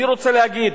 אני רוצה להגיד,